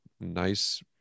nice